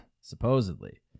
supposedly